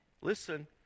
listen